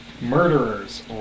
murderers